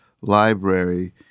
library